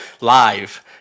live